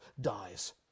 dies